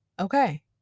Okay